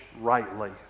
rightly